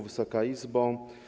Wysoka Izbo!